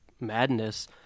madness